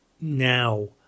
now